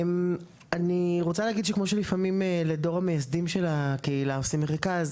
אני רוצה להגיד שכמו שלפעמים לדור המייסדים של הקהילה עושים מחיקה,